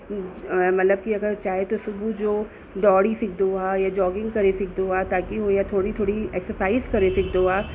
मतलबु कि अगरि चाहे त सुबुह जो डोड़ी सघंदो आहे या जॉगिंग करे सघंदो आहे ताकि ही उहा थोरी थोरी एक्सरसाइज़ करे सघंदो आहे